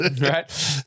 right